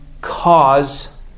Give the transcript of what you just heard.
cause